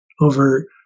over